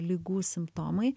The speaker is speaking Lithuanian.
ligų simptomai